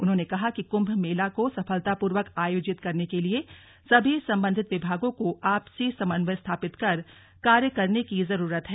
उन्होंने कहा कि कुम्भ मेला को सफलतापूर्वक आयोजित करने के लिए सभी सम्बन्धित विभागों को आपसी समन्वय स्थापित कर कार्य करने की जरूरत है